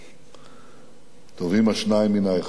וטובים השניים מן האחד,